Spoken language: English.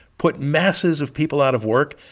put masses of people out of work,